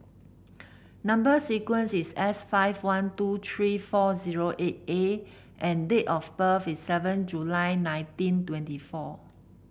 number sequence is S five one two three four zero eight A and date of birth is seven July nineteen twenty four